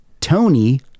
tony